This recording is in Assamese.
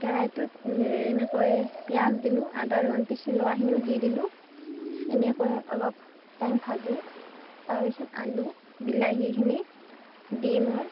কেৰাহিটোত এনেকৈ পিঁয়াজ দিলোঁ আদা ৰহুন পিছি লোৱাখিনিও দি দিলোঁ এনেকৈ অলপ টাইম ভাজি তাৰ পিছত আলু বিলাহীখিনি দি মই